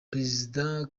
perezida